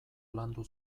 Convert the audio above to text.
landu